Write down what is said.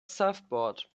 surfboard